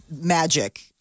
magic